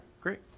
great